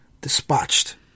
dispatched